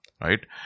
right